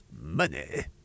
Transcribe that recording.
money